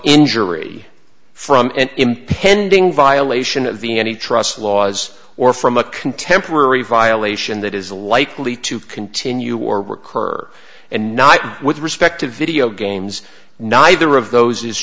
injury from an impending violation of the any trust laws or from a contemporary violation that is likely to continue or recur and not with respect to video games neither of those is